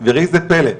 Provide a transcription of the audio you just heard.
וראי איזה פלא,